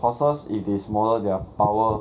horses if they smaller their power